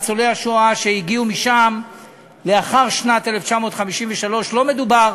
ניצולי השואה שהגיעו משם לאחר שנת 1953. לא מדובר